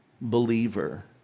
believer